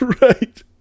Right